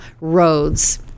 Roads